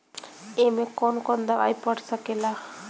ए में कौन कौन दवाई पढ़ सके ला?